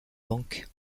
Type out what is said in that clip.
banque